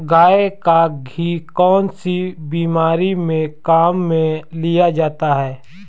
गाय का घी कौनसी बीमारी में काम में लिया जाता है?